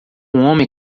homem